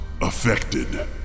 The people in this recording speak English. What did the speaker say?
affected